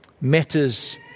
matters